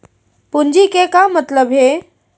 पूंजी के का मतलब हे?